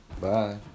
Bye